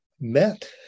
met